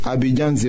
Abidjan